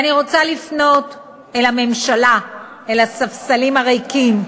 ואני רוצה לפנות אל הממשלה, אל הספסלים הריקים,